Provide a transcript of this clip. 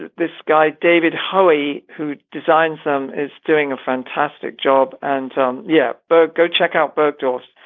this guy david howi who designs them is doing a fantastic job. and um yeah. but go check out bergdorf's.